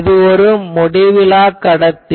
இது முடிவிலாக் கடத்தி